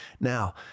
Now